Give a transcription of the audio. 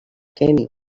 kenny